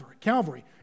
Calvary